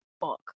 fuck